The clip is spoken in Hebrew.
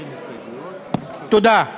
תודה.